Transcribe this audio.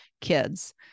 kids